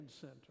center